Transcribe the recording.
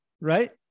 right